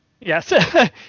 Yes